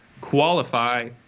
qualify